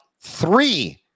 three